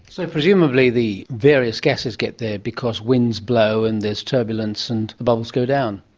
so presumably the various gases get there because winds blow and there's turbulence and bubbles go down.